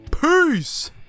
Peace